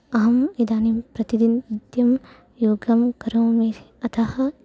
अहम् इदानीं प्रतिदिनं नित्यं योगं करोमि अतः